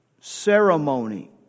ceremony